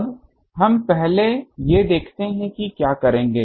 अब हम पहले ये देखेंगे कि क्या करेंगे